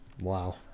Wow